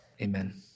amen